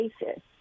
basis